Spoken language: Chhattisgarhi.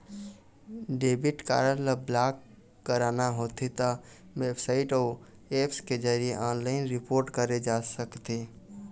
डेबिट कारड ल ब्लॉक कराना होथे त बेबसाइट अउ ऐप्स के जरिए ऑनलाइन रिपोर्ट करे जा सकथे